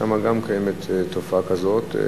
גם שם קיימת תופעה כזאת.